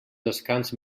descans